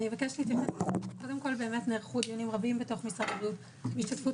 נערכו דיונים רבים בתוך משרד הבריאות בהשתתפות